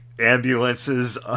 ambulances